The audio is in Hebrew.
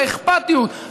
האכפתיות,